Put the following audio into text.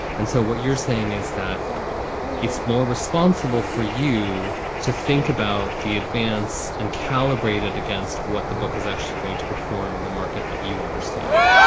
and so what you're saying is that it's more responsible for you to think about the advance and calibrated against what the book is actually going to perform in the market that you understand